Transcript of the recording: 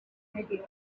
idea